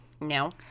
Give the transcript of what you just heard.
No